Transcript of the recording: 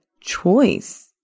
choice